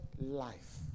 life